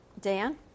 Dan